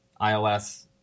iOS